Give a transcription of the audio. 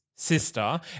Sister